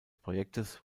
projektes